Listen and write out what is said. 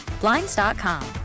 Blinds.com